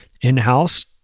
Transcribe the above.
in-house